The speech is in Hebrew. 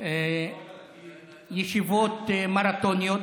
בישיבות מרתוניות,